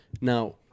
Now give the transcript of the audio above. Now